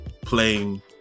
playing